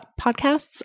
podcasts